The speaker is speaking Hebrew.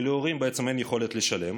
כי להורים אין בעצם יכולת לשלם,